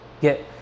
get